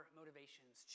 motivations